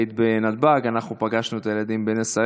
את היית בנתב"ג, אנחנו פגשנו את הילדים בנס הרים.